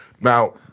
Now